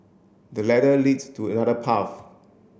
the ladder leads to another path